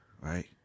right